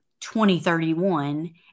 2031